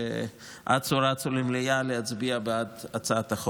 גם הוא בין אלה שאצו-רצו למליאה להצביע בעד הצעת החוק.